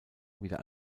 wieder